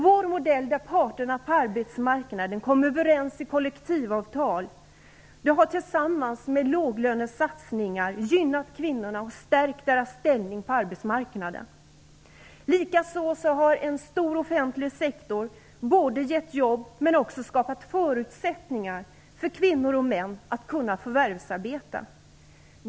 Vår modell, där parterna på arbetsmarknaden kommer överens i kollektivavtal, har tillsammans med låglönesatsningar gynnat kvinnorna och stärkt deras ställning på arbetsmarknaden. Likaså har en stor offentlig sektor givit jobb men också skapat förutsättningar för kvinnor och män att förvärvsarbeta.